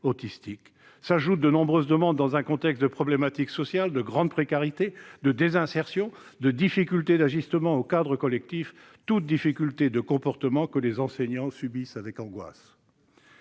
autistique. S'ajoutent à cela de nombreuses demandes liées à un contexte de problématique sociale, de grande précarité, de désinsertion et de difficultés d'ajustement aux cadres collectifs, autant de problèmes de comportement que les enseignants subissent avec angoisse.